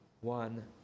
one